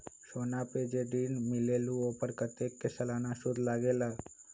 सोना पर जे ऋन मिलेलु ओपर कतेक के सालाना सुद लगेल?